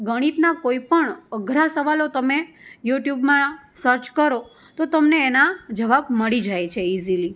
ગણિતના કોઈપણ અઘરા સવાલો તમે યુટ્યુબમાં સર્ચ કરો તો તમને એના જવાબ મળી જાય છે ઇઝીલી